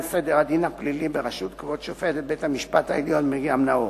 סדר הדין הפלילי בראשות כבוד שופטת בית-המשפט העליון מרים נאור.